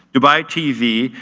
dubai tv,